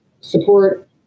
support